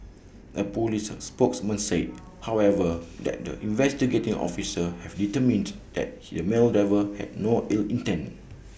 A Police spokesman said however that the investigating officers have determined that he male driver had no ill intent